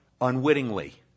Unwittingly